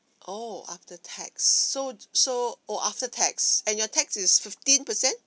oh after tax so so oh after tax and your tax is fifteen per cent